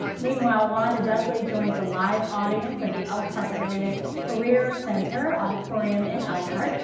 meanwhile wanda dudley joins a live audience at the elkhart area career center auditorium in elkhart.